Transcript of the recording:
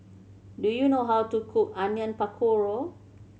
do you know how to cook Onion Pakora